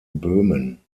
böhmen